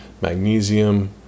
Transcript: magnesium